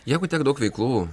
jeigu tiek daug veiklų